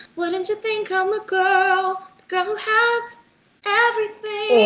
wouldn't you think i'm a girl, girl who has everything?